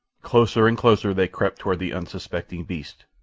closer and closer they crept toward the unsuspecting beast,